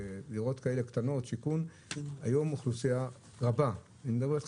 על דירות קטנות היום אוכלוסייה רבה של